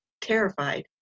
terrified